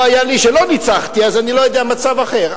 לא היה לי שלא ניצחתי, אז אני לא יודע מצב אחר.